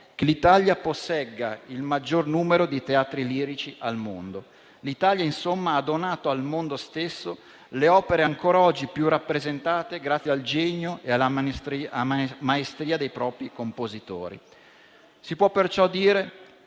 che l'Italia possegga il maggior numero di teatri lirici al mondo. L'Italia, insomma, ha donato al mondo stesso le opere ancora oggi più rappresentate, grazie al genio e alla maestria dei propri compositori. Si può perciò dire